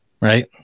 right